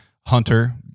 hunter